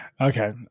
Okay